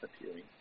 appearing